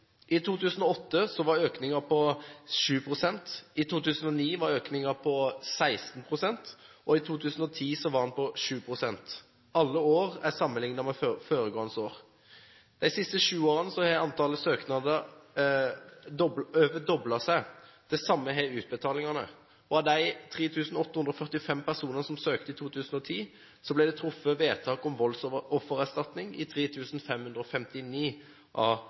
I 2008 var økningen på 7 pst., i 2009 var økningen på 16 pst., og i 2010 var den på 7 pst. Alle år er sammenlignet med foregående år. De siste sju årene har antallet søknader mer enn doblet seg. Det samme har utbetalingene. For de 3 845 personene som søkte i 2010, ble det truffet vedtak om voldsoffererstatning i 3 559 av